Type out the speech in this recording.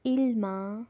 عِلما